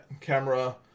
camera